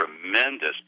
tremendous